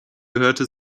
gehörte